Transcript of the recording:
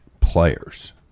players